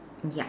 ya